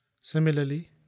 Similarly